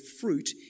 fruit